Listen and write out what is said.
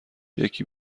یکی